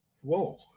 whoa